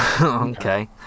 Okay